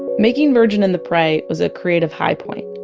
making virgin and the prey was ah creative high point.